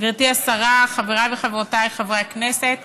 גברתי השרה, חבריי וחברותיי חברי הכנסת,